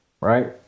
right